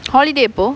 holiday எப்போ:eppo